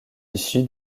issu